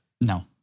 No